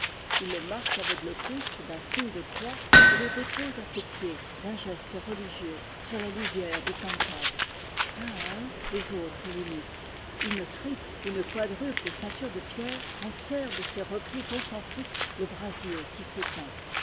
il le marque avec le pouce d'un signe de croix et le dépose à ses pieds d'un geste religieux sur la lisière du tantad un à un les autres l'imitent une triple une quadruple ceinture de pierres enserre de ses replis concentriques le brasier qui s'éteint